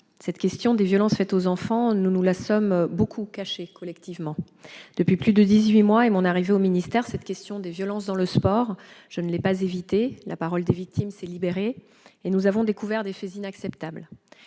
Cette question des violences faites aux enfants, nous nous la sommes beaucoup cachée collectivement. Depuis plus de dix-huit mois et mon arrivée au ministère, cette question des violences dans le sport, je ne l'ai pas évitée. La parole des victimes s'est libérée, et nous avons découvert des faits inacceptables.